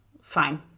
Fine